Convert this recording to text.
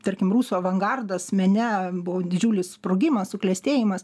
tarkim rusų avangardas mene buvo didžiulis sprogimas suklestėjimas